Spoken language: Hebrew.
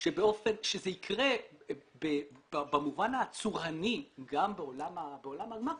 שזה יקרה במובן הצורני גם בעולם הגמ"חים.